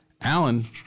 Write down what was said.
Alan